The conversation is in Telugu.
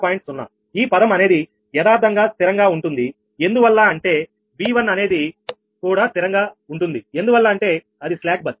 0 ఈ పదం అనేది యదార్ధంగా స్థిరంగా ఉంటుంది ఎందువల్ల అంటే V1 అనేది కూడా స్థిరంగా ఉంటుంది ఎందువల్ల అంటే అది స్లాక్ బస్